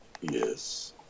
Yes